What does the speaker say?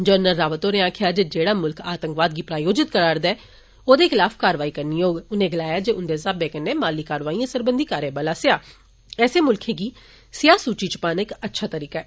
general Rawat होरें आक्खेया जे जेड़ा मुल्ख आतंकवाद गी प्रायोजित करा रदा ऐ ओदे खिलाफ कारवाई करनी होग उनें गलाया जे उन्दे स्हाबे कन्नै माली कारवाइयें सरबंधी कार्यबल आस्सेया ऐसे मुल्ख गी स्याह सूचि च पाना इक अच्छा तरीका ऐ